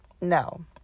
no